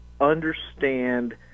understand